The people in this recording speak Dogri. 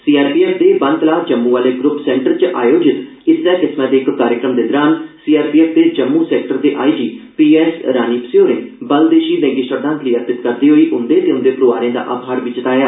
सीआरपीएफ दे बनतलाब जम्मू आह्ले ग्रुप सेंटर च आयोजित इस्सै किस्मै दे इक कार्यक्रम दौरान सीआरपीएफ दे जम्मू सैक्टर दे आईजी पी एस रानीपसे होरे बल दे शहीदें गी श्रद्वांजलि अर्पित करदे होई उंदे ते उंदे परोआरें दा आभार बी जताया